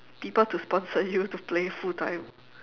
people to sponsor you to play full time